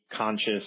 conscious